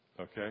Okay